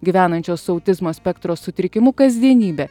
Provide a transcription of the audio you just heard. gyvenančio su autizmo spektro sutrikimu kasdienybę